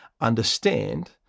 understand